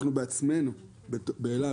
אנחנו בעצמנו באל על,